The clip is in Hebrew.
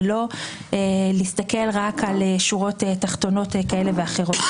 ולא להסתכל רק על שורות תחתונות כאלה ואחרות.